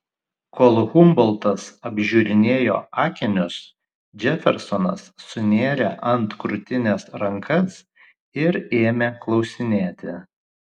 kol humboltas apžiūrinėjo akinius džefersonas sunėrė ant krūtinės rankas ir ėmė klausinėti